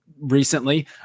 recently